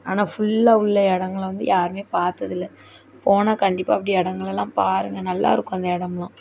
ஆனால் ஃபுல்லாக உள்ளே இடங்கள வந்து யாரும் பார்த்தது இல்லை போனால் கண்டிப்பாக அப்படி இடங்களெல்லாம் பாருங்கள் நல்லாயிருக்கும் அந்த இடம்லாம்